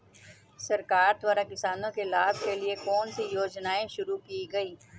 सरकार द्वारा किसानों के लाभ के लिए कौन सी योजनाएँ शुरू की गईं?